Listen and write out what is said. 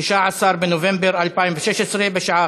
16 בנובמבר 2016, בשעה